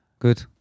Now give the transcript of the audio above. Good